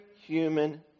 human